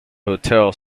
hotel